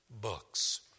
books